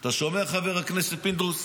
אתה שומע, חבר הכנסת פינדרוס?